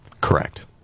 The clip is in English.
Correct